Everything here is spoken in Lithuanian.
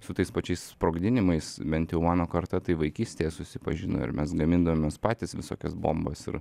su tais pačiais sprogdinimais bent jau mano karta tai vaikystėje susipažino ir mes gamindavomės patys visokias bombas ir